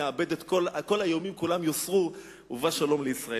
כל האיומים כולם יוסרו ובא שלום על ישראל.